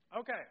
Okay